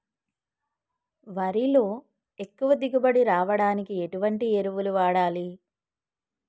వరిలో ఎక్కువ దిగుబడి రావడానికి ఎటువంటి ఎరువులు వాడాలి?